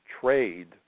trade